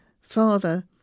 Father